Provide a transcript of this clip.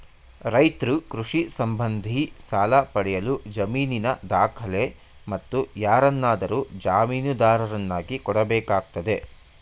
ರೈತ್ರು ಕೃಷಿ ಸಂಬಂಧಿ ಸಾಲ ಪಡೆಯಲು ಜಮೀನಿನ ದಾಖಲೆ, ಮತ್ತು ಯಾರನ್ನಾದರೂ ಜಾಮೀನುದಾರರನ್ನಾಗಿ ಕೊಡಬೇಕಾಗ್ತದೆ